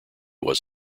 was